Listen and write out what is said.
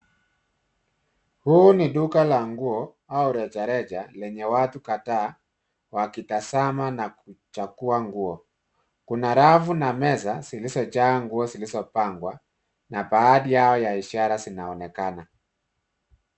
Huu ni duka la nguo au rejareja lenye watu kadhaa wakitazama na kuchagua nguo. Kuna rafu na meza zilizojaa nguo zilizopangwa na baadhi yao ya ishara zinaonekana.